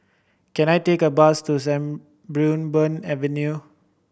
can I take a bus to Sarimbun Avenue